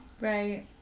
Right